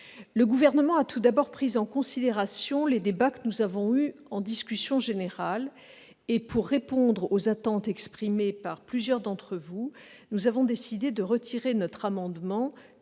Le Gouvernement a tout d'abord pris en considération les débats que nous avons eus dans le cadre de la discussion générale. Pour répondre aux attentes exprimées par plusieurs d'entre vous, nous avons décidé de retirer notre amendement